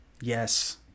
Yes